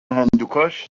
هندوکش